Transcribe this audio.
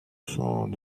sont